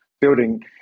building